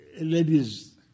ladies